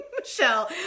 michelle